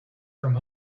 from